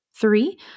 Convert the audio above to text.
Three